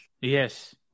Yes